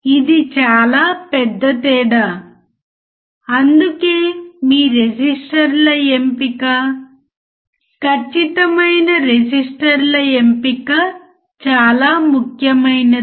ప్రత్యక్ష ఉదాహరణలు ఇవ్వండి మరియు ఇది ఆసక్తికరంగా మారుతుంది